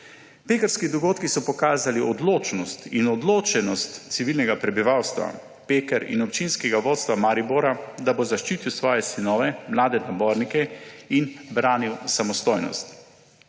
Pekrski dogodki so pokazali odločnost in odločenost civilnega prebivalstva Peker in občinskega vodstva Maribora, da bo zaščitil svoje sinove, mlade nabornike in branil samostojnost.